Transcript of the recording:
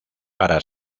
para